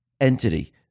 entity